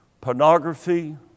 pornography